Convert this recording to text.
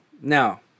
Now